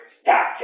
Stop